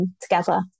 together